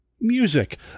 music